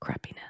crappiness